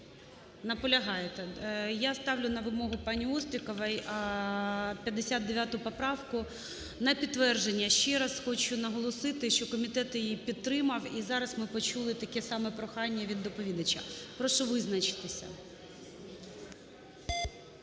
Наполягаєте. Я ставлю, на вимогу пані Острікової, 59 поправку на підтвердження. Ще раз хочу наголосити, що комітет її підтримав і зараз ми почули таке саме прохання від доповідача. Прошу визначитися.